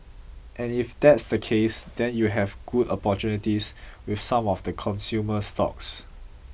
and if that's the case then you have good opportunities with some of the consumer stocks